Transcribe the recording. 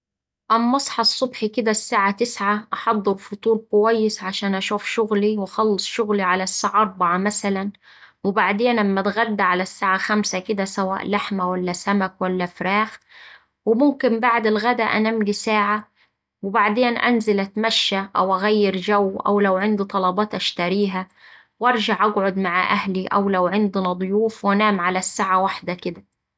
أما أصحا الصبح كدا الساعة تسعة أحضر فطور كويس عشان أشوف شغلي وأخلص شغلي على الساعة أربعة مثلا، وبعدين أما اتغدا على الساعة خمسة كدا سواء لحمة ولا سمك ولا فراخ وممكن بعد الغدا أناملي ساعة وبعدين أنزل أتمشى أو أغير جو أو لو عندي طلبات أشتريها وأرجع أقعد مع أهلي أو لو عندنا ضيوف وأنام على الساعة واحدة كدا.